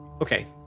Okay